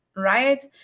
Right